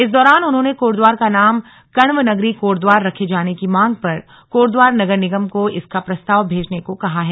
इस दौरान उन्होंने कोटद्वार का नाम कण्वनगरी कोटद्वार रखे जाने की मांग पर कोटद्वार नगर निगम को इसका प्रस्ताव भेजने को कहा है